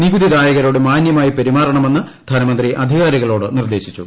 നികുതിദായകരോട് മാന്യമായി പെരുമാറണമെന്ന് ധനമന്ത്രി അധികാരികളോട് നിർദ്ദേശിച്ചു